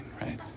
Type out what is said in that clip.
right